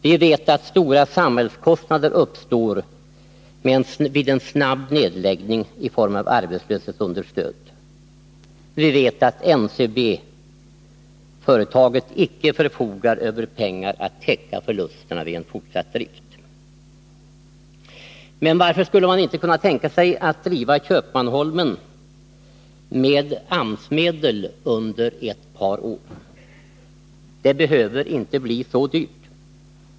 Vi vet att stora samhällskostnader i form av arbetslöshetsunderstöd uppstår vid en snabb nedläggning. Vi vet att NCB-företaget icke förfogar över pengar att täcka förlusterna med vid en fortsatt drift. Men varför skulle man inte kunna tänka sig att driva Köpmanholmen med AMS-medel under ett par år? Det behöver inte bli så dyrt.